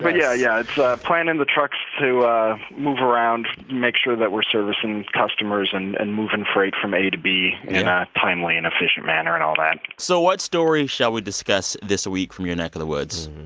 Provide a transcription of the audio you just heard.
but yeah yeah. it's planning the trucks to move around, make sure that we're servicing customers and and moving freight from a to b in a timely and efficient manner and all that so what story shall we discuss this a week from your neck of the woods?